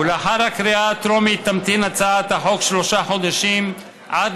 ולאחר הקריאה הטרומית תמתין הצעת החוק שלושה חודשים עד